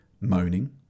moaning